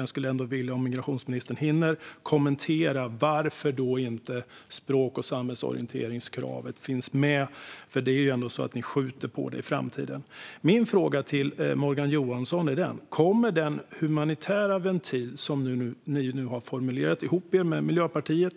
Om migrationsministern hinner skulle jag vilja att han kommenterar varför inte språk och samhällsorienteringskravet finns med. Ni skjuter ändå på det till framtiden. Kommer den humanitära ventil, Morgan Johansson, som ni nu har formulerat ihop med Miljöpartiet,